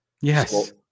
yes